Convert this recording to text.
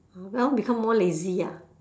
oh well become more lazy ah